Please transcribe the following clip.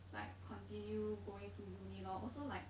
like continue going to uni lor also like